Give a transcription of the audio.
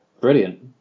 brilliant